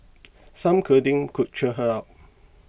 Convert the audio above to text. some cuddling could cheer her up